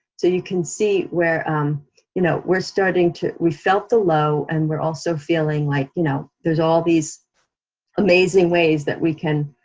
you can see where you know we're starting to, we felt the low, and we're also feeling like you know there's all these amazing ways that we can